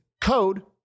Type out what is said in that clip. code